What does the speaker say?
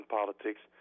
politics